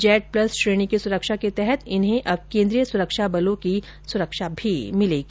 Z plus श्रेणी की सुरक्षा के तहत इन्हें अब केन्द्रीय सुरक्षा बलों की सुरक्षा भी मिलेगी